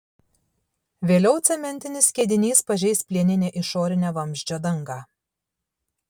vėliau cementinis skiedinys pažeis plieninę išorinę vamzdžio dangą